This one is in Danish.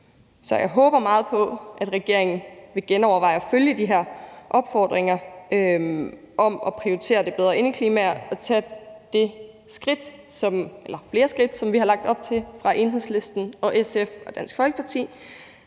Så jeg håber meget på, at regeringen vil genoverveje at følge de her opfordringer om at prioritere et bedre indeklima og tage de skridt, som vi har lagt op til fra Enhedslisten, SF og Dansk Folkepartis